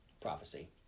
Prophecy